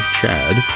Chad